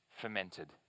fermented